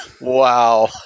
wow